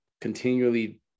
continually